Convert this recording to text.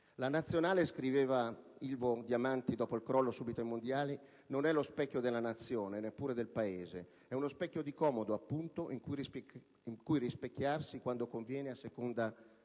La Nazionale - scriveva Ilvo Diamanti dopo il crollo subito ai Mondiali - non è lo specchio della Nazione e neppure del Paese; è uno specchio di comodo, appunto, in cui rispecchiarsi quando conviene, a seconda